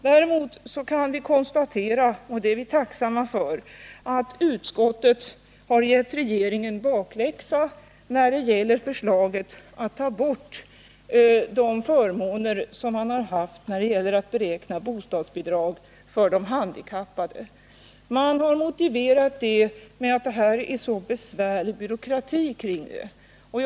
Däremot kan vi konstatera att utskottet givit regeringen bakläxa när det gäller förslaget att ta bort de förmåner som man haft vid beräkning av bostadsbidraget för de handikappade — och det är vi tacksamma för. Man har motiverat det förslaget med att det är en så besvärlig byråkrati kring dessa regler.